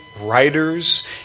writers